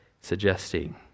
suggesting